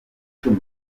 icumi